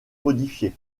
modifié